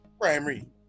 primary